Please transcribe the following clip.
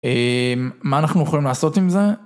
מה אנחנו יכולים לעשות עם זה?